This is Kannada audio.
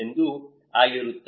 ಎಂದು ಆಗಿರುತ್ತದೆ